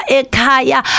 ekaya